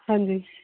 ਹਾਂਜੀ